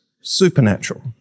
supernatural